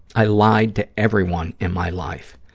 i lied to everyone in my life.